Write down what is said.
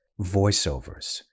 voiceovers